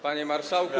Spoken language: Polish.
Panie Marszałku!